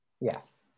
yes